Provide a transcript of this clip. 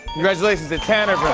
congratulations to tanner